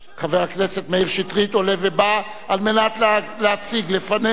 חבר הכנסת מאיר שטרית עולה ובא להציג לפנינו